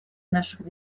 наших